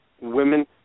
women